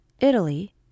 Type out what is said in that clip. Italy